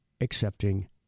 accepting